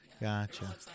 Gotcha